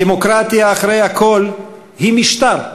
דמוקרטיה, אחרי הכול, היא משטר,